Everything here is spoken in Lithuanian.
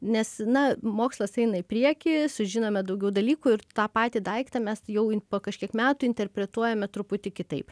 nes na mokslas eina į priekį sužinome daugiau dalykų ir tą patį daiktą mes jau po kažkiek metų interpretuojame truputį kitaip